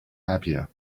happier